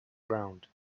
ground